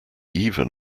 even